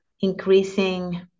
increasing